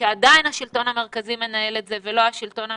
כשעדיין השלטון המרכזי מנהל את זה ולא השלטון המקומי,